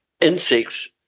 insects